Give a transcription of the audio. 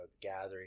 gathering